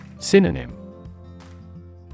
Synonym